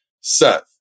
Seth